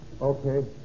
Okay